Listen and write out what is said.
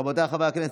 רבותיי חברי הכנסת,